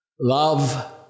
Love